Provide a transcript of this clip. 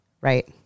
Right